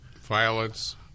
violets